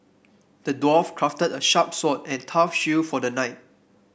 the dwarf crafted a sharp sword and tough shield for the knight